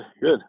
good